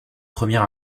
premier